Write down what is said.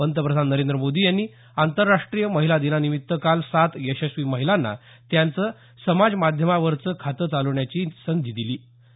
पंतप्रधान नरेंद्र मोदी यांनी आंतरराष्ट्रीय महिला दिनानिमित्त काल सात यशस्वी महिलांना त्यांचं समाज माध्यमांवरचं खातं चालवण्याची संधी दिली होती